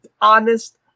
honest